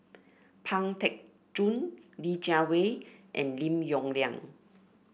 Pang Teck Joon Li Jiawei and Lim Yong Liang